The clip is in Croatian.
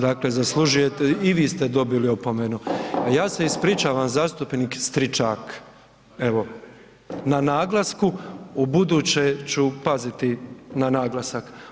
Dakle zaslužujete, i vi ste dobili opomenu, a ja se ispričavam zastupnik Stričak, evo na naglasku, ubuduće ću paziti na naglasak.